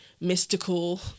mystical